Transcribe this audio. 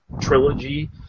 trilogy